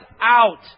out